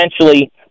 essentially